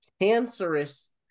cancerous